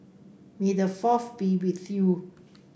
may the Fourth be with you